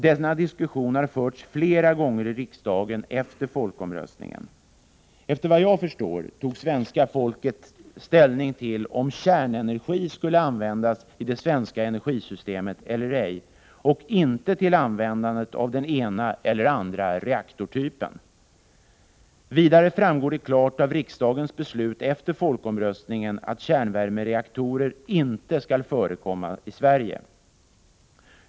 Denna diskussion har förts flera gånger i riksdagen efter folkomröstningen. Såvitt jag förstår tog svenska folket ställning till om kärnenergi skulle användas i det svenska energisystemet eller ej och inte till användandet av den ena eller andra reaktortypen. Vidare framgår det klart av riksdagens beslut efter folkomröstningen att kärnvärmereaktorer inte skall förekomma i Sverige.